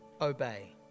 obey